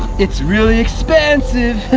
it's really expensive,